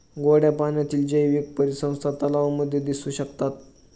गोड्या पाण्यातील जैवीक परिसंस्था तलावांमध्ये दिसू शकतात